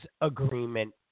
agreement